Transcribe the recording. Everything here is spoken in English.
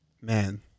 man